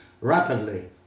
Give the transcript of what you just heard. rapidly